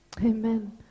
Amen